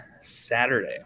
Saturday